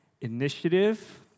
initiative